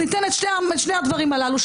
ניתן את שני הדברים הללו,